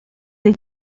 dei